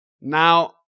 Now